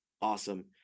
Awesome